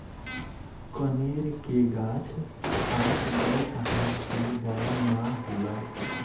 कनेर के गाछ आठ दस हाथ से बड़ ना होला